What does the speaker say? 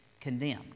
condemned